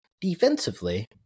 Defensively